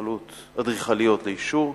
אדריכליות לאישור,